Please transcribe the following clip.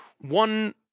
one